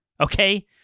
okay